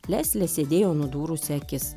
leslė sėdėjo nudūrusi akis